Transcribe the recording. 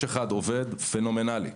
יש אחד שעובד פנומנאלית.